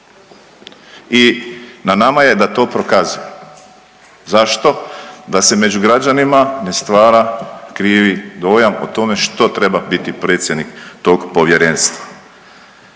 i na nama je da to prokazujemo. Zašto? Da se među građanima ne stvara krivi dojam o tome što treba biti predsjednik tog povjerenstva.